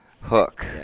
hook